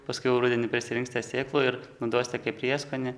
paskiau rudenį prisirinksite sėklų ir naudosite kaip prieskonį